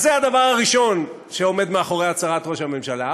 אז זה הדבר הראשון שעומד מאחורי הצהרת ראש הממשלה,